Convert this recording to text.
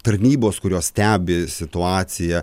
tarnybos kurios stebi situaciją